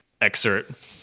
excerpt